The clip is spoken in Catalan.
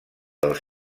dels